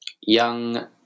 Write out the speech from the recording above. Young